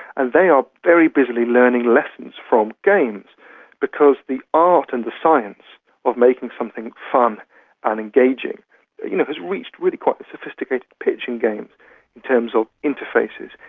and they are very busily learning lessons from games because the art and the science of making something fun and engaging you know has reached really quite a sophisticated pitch in games in terms of interfaces,